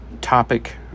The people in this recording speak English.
topic